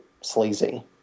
sleazy